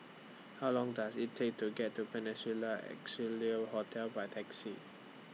How Long Does IT Take to get to Peninsula Excelsior Hotel By Taxi